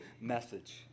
message